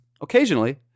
occasionally